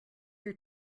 your